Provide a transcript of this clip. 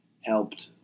helped